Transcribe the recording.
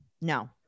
no